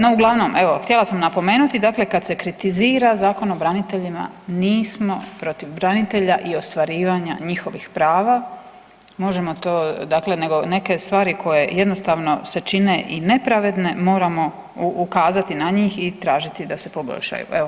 No, uglavnom evo htjela sam napomenuti dakle kad se kritizira Zakon o braniteljima nismo protiv branitelja i ostvarivanja njihovih prava, možemo to, dakle neke stvari koje jednostavno se čine i nepravedne moramo ukazati na njih i tražiti da se poboljšaju.